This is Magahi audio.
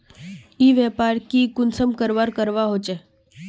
ई व्यापार की कुंसम करवार करवा होचे?